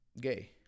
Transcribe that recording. gay